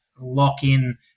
lock-in